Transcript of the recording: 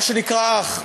מה שנקרא אח.